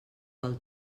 del